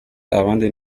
abandi